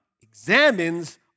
examines